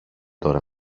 τώρα